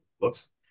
looks